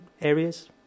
areas